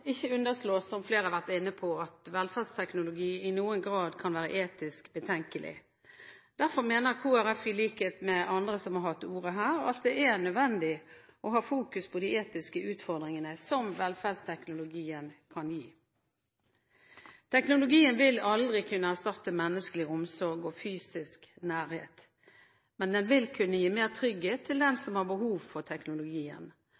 ikke underslå, som flere har vært inne på, at velferdsteknologi i noen grad kan være etisk betenkelig. Derfor mener Kristelig Folkeparti, i likhet med andre som har hatt ordet her, at det er nødvendig å fokusere på de etiske utfordringene som velferdsteknologien kan gi. Teknologien vil aldri kunne erstatte menneskelig omsorg og fysisk nærhet, men den vil kunne gi mer trygghet for den som har behov for den. Den vil muligens også kunne bidra til